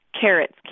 carrots